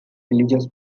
religious